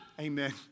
Amen